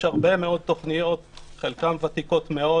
יש הרבה מאוד תכניות, חלקן ותיקות מאוד